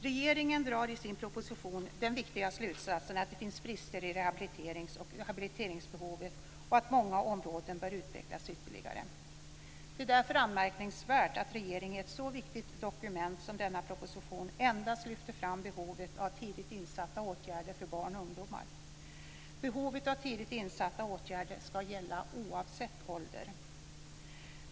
Regeringen drar i sin proposition den viktiga slutsatsen att det finns brister i rehabiliterings och habiliteringsbehovet och att många områden bör utvecklas ytterligare. Det är därför anmärkningsvärt att regeringen i ett så viktigt dokument som denna proposition endast lyfter fram behovet av tidigt insatta åtgärder för barn och ungdomar. Behovet av tidigt insatta åtgärder ska gälla oavsett ålder.